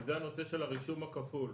וזה הנושא של הרישום הכפול.